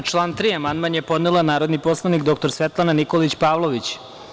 Na član 3. amandman je podnela narodni poslanik dr Svetlana Nikolić Pavlović.